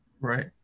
Right